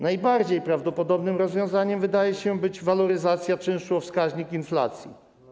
Najbardziej prawdopodobnym rozwiązaniem wydaje się być waloryzacja czynszu o wskaźnik inflacji.